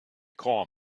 call